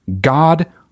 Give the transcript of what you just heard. God